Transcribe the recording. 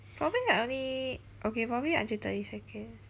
probably like only okay probably until thirty seconds